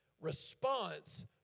response